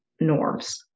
norms